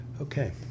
Okay